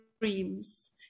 dreams